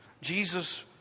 Jesus